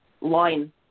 line